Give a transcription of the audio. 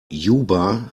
juba